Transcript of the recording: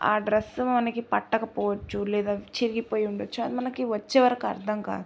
ఆ డ్రెస్ మనకి పట్టకపోవచ్చు లేదా చిరిగిపోయి ఉండవచ్చు అది మనకి వచ్చేవరకు అర్థం కాదు